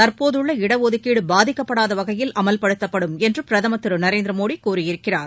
தற்போதுள்ள இடஒதுக்கீடு பாதிக்கப்படாத வகையில் அமல்படுத்தப்படும் என்று பிரதம் திரு நரேந்திர மோடி கூறியிருக்கிறார்